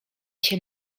się